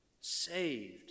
saved